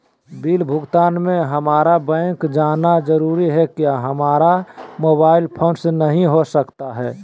Bill भुगतान में हम्मारा बैंक जाना जरूर है क्या हमारा मोबाइल फोन से नहीं हो सकता है?